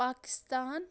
Pakistan